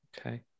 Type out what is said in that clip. Okay